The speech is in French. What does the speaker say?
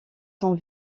sont